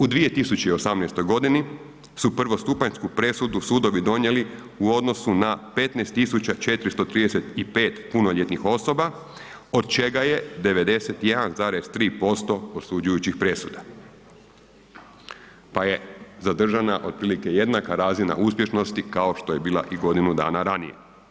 U 2018.g. su prvostupanjsku presudu sudovi donijeli u odnosu na 15435 punoljetnih osoba, od čega je 91,3% osuđujućih presuda, pa je zadržana otprilike jednaka razina uspješnosti kao što je bila i godinu dana ranije.